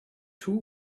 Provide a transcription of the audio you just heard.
two